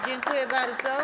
Dziękuję bardzo.